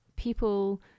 People